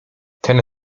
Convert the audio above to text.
ten